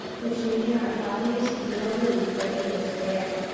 which neither our fathers nor we were able to bear?